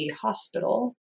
hospital